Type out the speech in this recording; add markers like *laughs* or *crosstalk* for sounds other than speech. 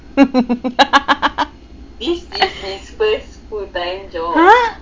*laughs* !huh!